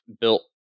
built